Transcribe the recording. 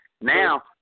Now